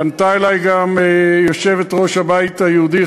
פנתה אלי גם יושבת-ראש הבית היהודי,